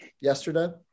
yesterday